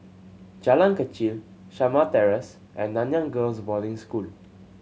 Jalan Kechil Shamah Terrace and Nanyang Girls' Boarding School